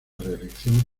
reelección